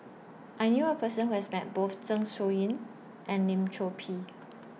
I knew A Person Who has Met Both Zeng Shouyin and Lim Chor Pee